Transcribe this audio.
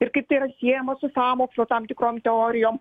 ir kaip tai yra siejama su sąmokslo tam tikrom teorijom